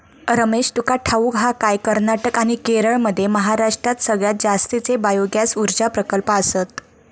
रमेश, तुका ठाऊक हा काय, कर्नाटक आणि केरळमध्ये महाराष्ट्रात सगळ्यात जास्तीचे बायोगॅस ऊर्जा प्रकल्प आसत